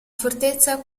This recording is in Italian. fortezza